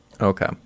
Okay